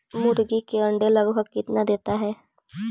मुर्गी के अंडे लगभग कितना देता है?